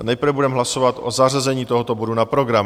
Nejprve budeme hlasovat o zařazení tohoto bodu na program.